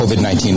COVID-19